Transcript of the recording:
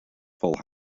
full